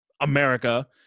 America